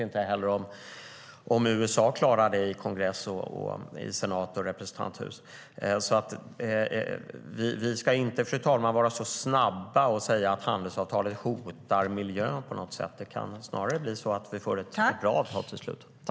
Inte heller vet vi om USA kan driva igenom det i kongressen, senaten och representanthuset. Vi ska inte, fru talman, vara alltför snabba med att säga att handelsavtalet hotar miljön. Det kan i stället bli så att vi får ett mycket bra avtal till slut.